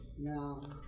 no